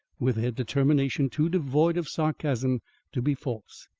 with a determination too devoid of sarcasm to be false.